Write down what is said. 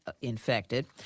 infected